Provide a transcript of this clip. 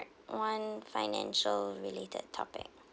one financial-related topic